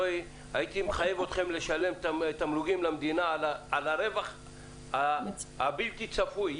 והייתי מחייב אתכם לשלם תמלוגים למדינה על הרווח הבלתי צפוי,